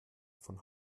von